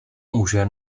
muže